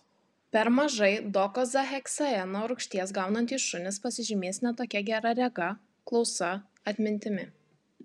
per mažai dokozaheksaeno rūgšties gaunantys šunys pasižymės ne tokia gera rega klausa atmintimi